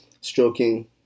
stroking